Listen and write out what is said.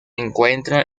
encuentran